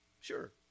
Sure